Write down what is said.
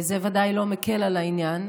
זה ודאי לא מקל על העניין.